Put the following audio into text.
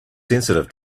sensitive